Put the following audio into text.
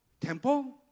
temple